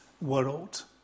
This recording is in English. world